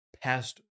past